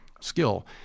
skill